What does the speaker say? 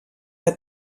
que